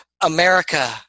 America